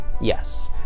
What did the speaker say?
Yes